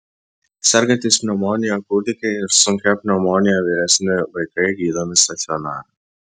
sergantys pneumonija kūdikiai ir sunkia pneumonija vyresni vaikai gydomi stacionare